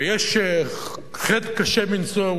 ויש חטא קשה מנשוא,